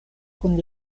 kun